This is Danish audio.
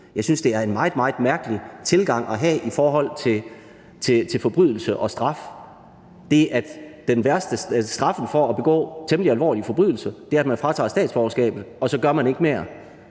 Jeg synes, det er en meget, meget mærkelig tilgang at have i forhold til forbrydelse og straf, altså at straffen for at begå temmelig alvorlig forbrydelse er, at man fratager statsborgerskabet, og så gør man ikke mere.